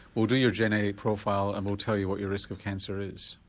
we'll do your genetic profile and we'll tell you what your risk of cancer is,